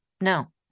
No